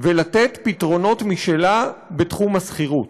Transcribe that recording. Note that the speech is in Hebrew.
ולתת פתרונות משלה בתחום השכירות.